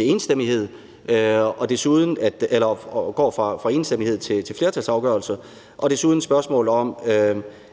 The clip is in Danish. EU, sådan at det går fra enstemmighed til flertalsafgørelser, og desuden handler det om,